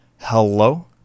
Hello